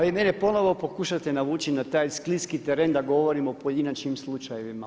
Vi mene ponovno pokušate navući na taj skliski teren da govorimo o pojedinačnim slučajevima.